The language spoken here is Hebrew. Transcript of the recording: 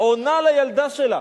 עונה לילדה שלה,